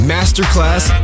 Masterclass